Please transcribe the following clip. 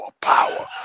power